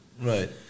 Right